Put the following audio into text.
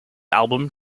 album